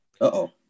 Uh-oh